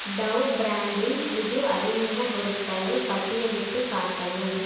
tau பிராண்டின் புது அறிமுக பொருட்களை பட்டியலிட்டு காட்டவும்